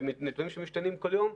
והנתונים משתנים כל יום.